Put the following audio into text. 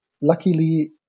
luckily